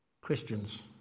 Christians